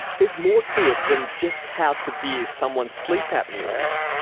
there's more to it than just how severe someone's sleep apnoea is.